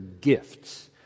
gifts